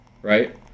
Right